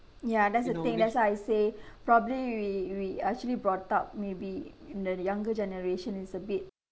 ya that's the thing that's why I say probably we we are actually brought up maybe and the younger generation is a bit